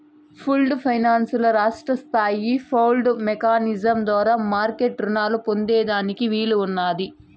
pooled finance ల రాష్ట్రస్తాయి pooled mechanism ద్వారా మార్మెట్ రునాలు పొందేదానికి వీలున్నాది